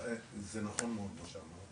זה נכון מאוד מה שאמרת.